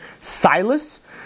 Silas